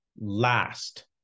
last